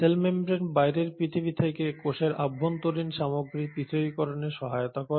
sell membrane বাইরের পরিবেশ থেকে কোষের অভ্যন্তরীণ সামগ্রী পৃথকীকরণে সহায়তা করে